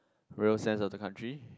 real sense of the country